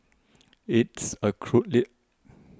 it's a cruel it